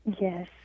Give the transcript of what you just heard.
Yes